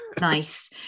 nice